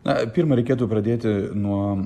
na pirma reikėtų pradėti nuo